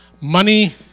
Money